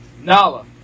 Nala